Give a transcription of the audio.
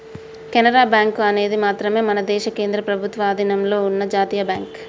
Canara bank అనేది మాత్రమే మన దేశ కేంద్ర ప్రభుత్వ అధీనంలో ఉన్న జాతీయ బ్యాంక్